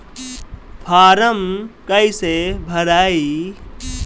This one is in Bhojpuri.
फारम कईसे भराई?